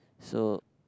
so